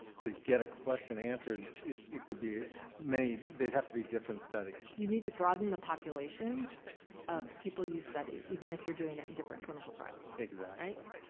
to get a question answered it it could be many. many. they'd have to be different studies. you need to broaden the population of people you study even if you're doing it in different clinical trials. exactly. right?